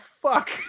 fuck